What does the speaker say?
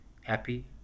Happy